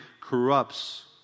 corrupts